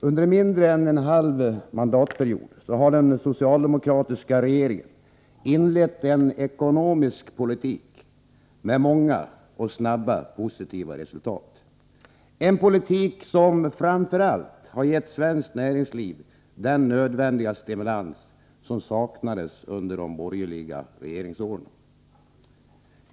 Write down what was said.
På mindre än en halv mandatperiod har den socialdemokratiska regeringen inlett en ekonomisk politik med många och snabba positiva resultat — en politik som framför allt gett svenskt näringsliv den nödvändiga stimulans som saknades under de borgerliga regeringsåren.